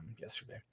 yesterday